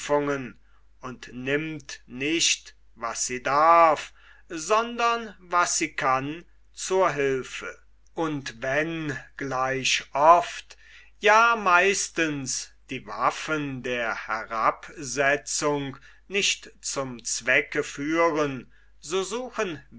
und nimmt nicht was sie darf sondern was sie kann zur hülfe und wenn gleich oft ja meistens die waffen der herabsetzung nicht zum zwecke führen so suchen